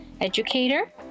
educator